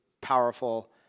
powerful